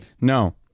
No